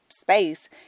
space